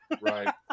Right